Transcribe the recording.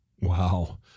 Wow